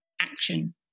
action